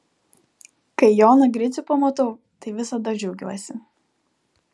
kai joną gricių pamatau tai visada džiaugiuosi